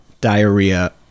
diarrhea